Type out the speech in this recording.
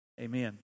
Amen